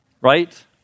right